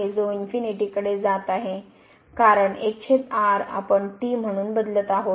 जो कडे जात आहे कारण आपण t म्हणून बदलत आहोत